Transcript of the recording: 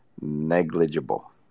Negligible